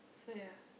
so ya